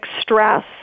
stress